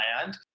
land